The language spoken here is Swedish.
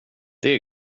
det